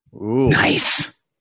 Nice